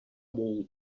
wall